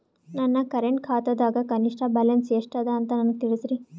ನನ್ನ ಕರೆಂಟ್ ಖಾತಾದಾಗ ಕನಿಷ್ಠ ಬ್ಯಾಲೆನ್ಸ್ ಎಷ್ಟು ಅದ ಅಂತ ನನಗ ತಿಳಸ್ರಿ